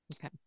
Okay